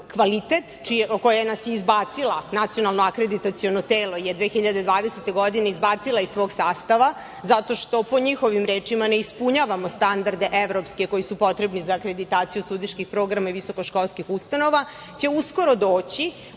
kvalitet, koja nas je izbacila, Nacionalno akreditaciono telo je 2020. godine izbacila iz svog sastava, zato što, po njihovim rečima, ne ispunjavamo evropske standarde koji su potrebni za akreditaciju studijskih programa i visokoškolskih ustanova, će uskoro doći